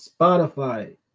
Spotify